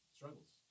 struggles